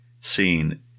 seen